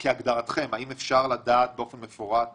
כהגדרתכם, האם אפשר לדעת באופן מפורט